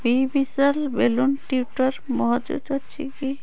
ବି ବିଶାଲ balloon twister ମହଜୁଦ ଅଛି କି